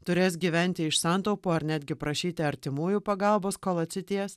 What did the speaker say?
turės gyventi iš santaupų ar netgi prašyti artimųjų pagalbos kol atsities